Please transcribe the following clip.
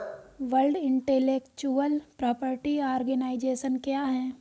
World intellectual property organisation क्या है?